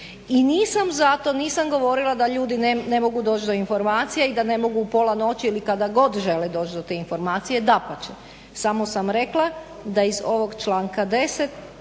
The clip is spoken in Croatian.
i nisam za to, nisam govorila da ljudi ne mogu doći do informacija i da ne mogu u pola noći ili kad god žele doći do te informacije, dapače, samo sam rekla da iz ovog članka 10.